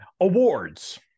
Awards